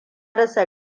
rasa